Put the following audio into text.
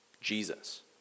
Jesus